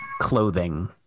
clothing